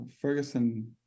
Ferguson